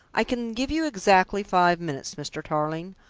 i can give you exactly five minutes, mr. tarling.